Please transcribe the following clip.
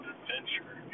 adventure